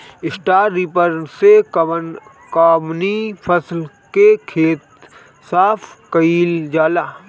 Straw reaper से कवन कवनी फसल के खेत साफ कयील जाला?